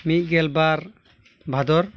ᱢᱤᱫᱜᱮᱞ ᱵᱟᱨ ᱵᱷᱟᱫᱚᱨ